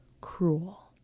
cruel